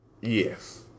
Yes